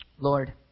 Lord